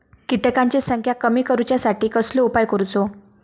किटकांची संख्या कमी करुच्यासाठी कसलो उपाय करूचो?